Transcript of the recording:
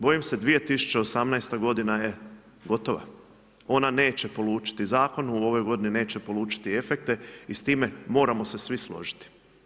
Bojim se 2018. g. je gotova, ona neće polučiti zakon u ovoj godini neće polučiti efekte i s time moramo se svi složiti.